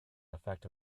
effect